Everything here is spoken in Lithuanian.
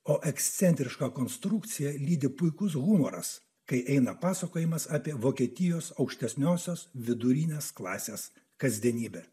o ekscentrišką konstrukciją lydi puikus humoras kai eina pasakojimas apie vokietijos aukštesniosios vidurinės klasės kasdienybę